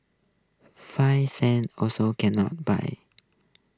five cents also can not buy